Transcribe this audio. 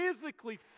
physically